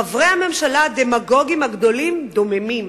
חברי הממשלה הדמגוגים הגדולים דוממים,